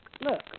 Look